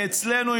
ואצלנו,